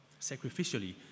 sacrificially